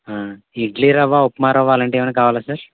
ఇడ్లిరవ్వ ఉప్మారవ్వ అలాంటివి ఏమన్నా కావాలా సార్